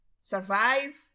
survive